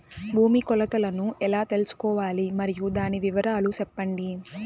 భూమి కొలతలను ఎలా తెల్సుకోవాలి? మరియు దాని వివరాలు సెప్పండి?